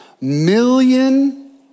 million